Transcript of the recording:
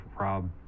rob